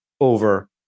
over